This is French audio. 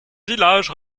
village